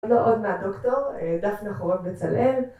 לא עוד מהדוקטור, דף מחבורות בצלאל